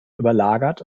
überlagert